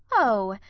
oh!